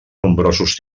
nombrosos